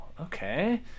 Okay